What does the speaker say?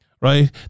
right